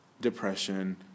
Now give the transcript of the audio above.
depression